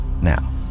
now